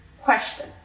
Question